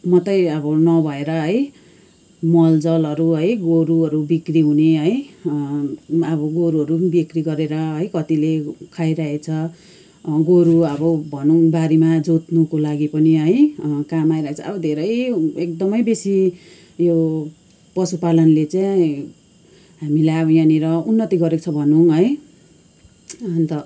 मात्रै अब नभएर है मलजलहरू है गोरुहरू बिक्री हुने है अब गोरुहरू पनि बिक्री गरेर है कतिले खाइरहेको छ गोरु अब भनौँ बारीमा जोत्नुको लागि पनि है काम आइरहेको छ अब धेरै एकदमै बेसी यो पशुपालनले चाहिँ हामीलाई अब यहाँनिर उन्नति गरेको छ भनौँ है अन्त